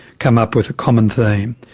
come up with a common theme.